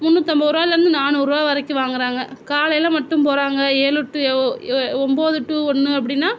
முன்னூத்தம்பது ரூபாலேருந்து நாநூறுபா வரைக்கும் வாங்கிறாங்க காலையில் மட்டும் போறாங்க ஏழு டு ஒம்பது டு ஒன்று அப்படினா